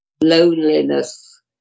Loneliness